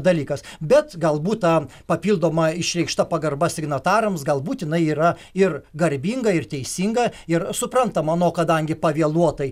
dalykas bet galbūt ta papildoma išreikšta pagarba signatarams galbūt inai yra ir garbinga ir teisinga ir suprantama na o kadangi pavėluotai